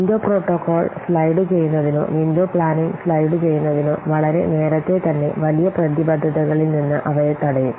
window protocol slide ചെയ്യുന്നതിനോ window planning slide ചെയ്യുന്നതിനോ വളരെ നേരത്തെ തന്നെ വലിയ പ്രതിബദ്ധതകളിൽ നിന്ന് അവരെ തടയും